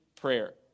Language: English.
prayer